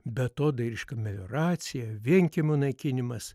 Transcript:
beatodairiška melioracija vienkiemių naikinimas